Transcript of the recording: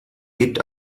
gebt